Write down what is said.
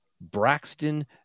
Braxton